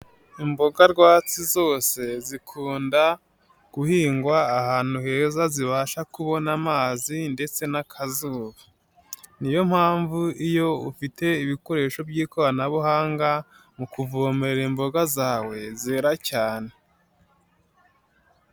Imboga rwatsi zose zikunda guhingwa ahantu heza zibasha kubona amazi ndetse n'akazuba. Niyo mpamvu iyo ufite ibikoresho by'ikoranabuhanga mu kuvomera imboga zawe, zera cyane.